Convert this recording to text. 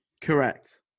Correct